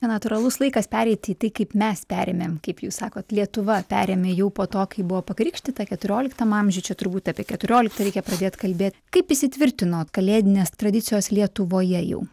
na natūralus laikas pereiti į tai kaip mes perėmėm kaip jūs sakot lietuva perėmė jau po to kai buvo pakrikštyta keturioliktam amžiuj čia turbūt apie keturioliktą reikia pradėt kalbėt kaip įsitvirtino kalėdinės tradicijos lietuvoje jau